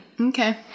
Okay